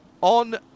on